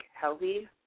healthy